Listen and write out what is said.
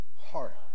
heart